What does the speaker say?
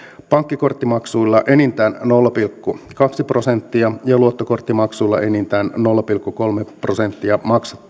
pankkikorttimaksuilla enintään nolla pilkku kaksi prosenttia ja luottokorttimaksuilla enintään nolla pilkku kolme prosenttia